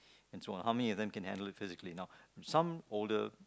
and so on how many of them can handle it physically now some older